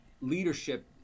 leadership